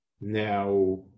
Now